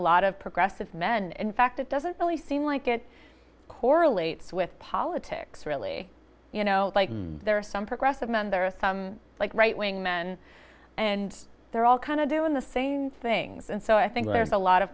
lot of progressive men in fact that doesn't really seem like it correlates with politics really you know like there are some progressive men there are some like right wing men and they're all kind of doing the same things and so i think there's a lot of